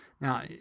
Now